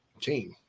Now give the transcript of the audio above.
team